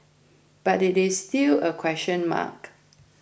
but it is still a question mark